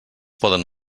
poden